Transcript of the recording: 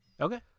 Okay